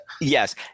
Yes